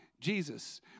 Jesus